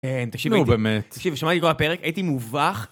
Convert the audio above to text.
תקשיבו, נו באמת, שמעתי את כל הפרק, הייתי מובך.